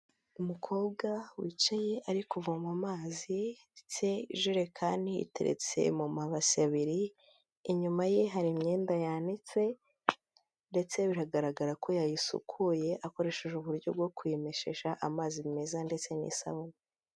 Umukobwa wicaye ari kuvoma mazi ndetse ijerekani iteretse mu mabase abiri, inyuma ye hari imyenda yanitse ndetse biragaragara ko yayisukuye akoresheje uburyo bwo kumeshesha amazi meza ndetse n'isabune.